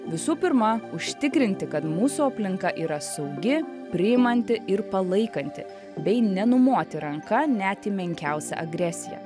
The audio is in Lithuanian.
visų pirma užtikrinti kad mūsų aplinka yra saugi priimanti ir palaikanti bei nenumoti ranka net į menkiausią agresiją